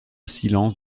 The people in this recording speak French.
silence